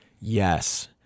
Yes